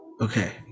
Okay